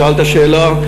שאלת שאלה,